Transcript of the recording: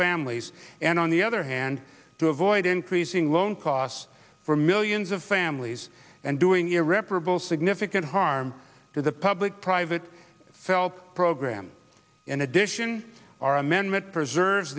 families and on the their hand to avoid increasing loan costs for millions of families and doing irreparable significant harm to the public private phelps program in addition our amendment preserves